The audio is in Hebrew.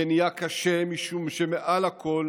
זה נהיה קשה משום שמעל הכול